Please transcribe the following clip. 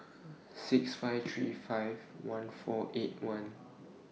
six five three five one four eight one